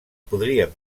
podríem